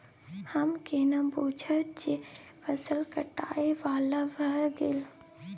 हम केना बुझब जे फसल काटय बला भ गेल?